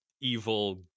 evil